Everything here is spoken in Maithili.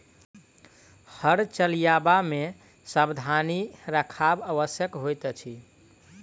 हर चलयबा मे सावधानी राखब आवश्यक होइत अछि